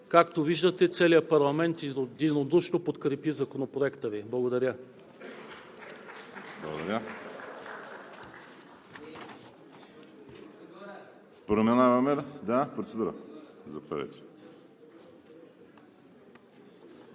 както виждате целият парламент единодушно подкрепи Законопроекта Ви. Благодаря.